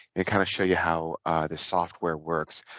it kind of show you how this software works